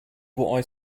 what